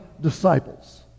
disciples